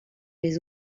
les